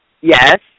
yes